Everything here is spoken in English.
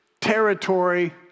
territory